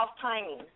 timing